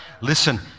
Listen